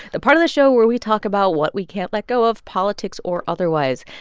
the part of the show where we talk about what we can't let go of, politics or otherwise.